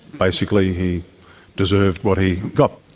basically he deserved what he got.